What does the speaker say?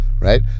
right